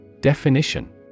Definition